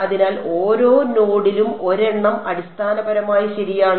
അതിനാൽ ഓരോ നോഡിലും ഒരെണ്ണം അടിസ്ഥാനപരമായി ശരിയാണ്